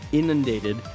inundated